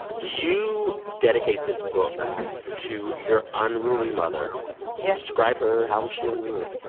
you dedicate this book to your unruly mother yes describe her. how was she unruly?